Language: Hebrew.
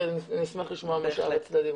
אבל אני אשמח לשמוע את הדיון.